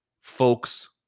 folks